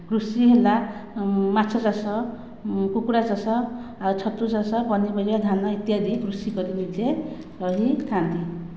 କୃଷି ହେଲା ମାଛ ଚାଷ କୁକୁଡ଼ା ଚାଷ ଆଉ ଛତୁ ଚାଷ ପନିପରିବା ଧାନ ଇତ୍ୟାଦି କୃଷି କରି ନିଜେ ରହି ଖାଆନ୍ତି